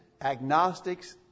agnostics